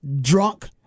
drunk